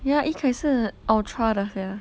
yeah yikai 是 ultra 的 sia